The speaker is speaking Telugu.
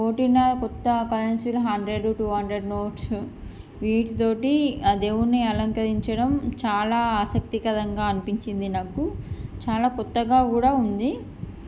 కోటిన్నర కొత్త కరెన్సీలు ధర హండ్రెడ్ టూ హండ్రెడ్ నోట్స్ వీటితోటి ఆ దేవున్ని అలంకరించడం చాలా ఆసక్తికరంగా అనిపించింది నాకు చాలా కొత్తగా కూడా ఉంది